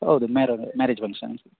ಹೌದು marriage function